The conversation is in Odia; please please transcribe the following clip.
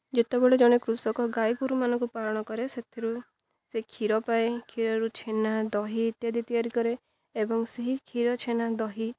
ଯେତେବେଳେ ଜଣେ କୃଷକ ଗାଈ ଗୋରୁମାନଙ୍କୁ ପାଳନ କରେ ସେଥିରୁ ସେ କ୍ଷୀର ପାଏ କ୍ଷୀରରୁ ଛେନା ଦହି ଇତ୍ୟାଦି ତିଆରି କରେ ଏବଂ ସେହି କ୍ଷୀର ଛେନା ଦହି